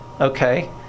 Okay